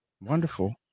wonderful